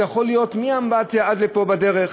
זה יכול להיות מהאמבטיה עד לפה בדרך,